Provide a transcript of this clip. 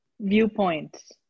viewpoints